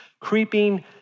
creeping